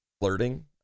flirting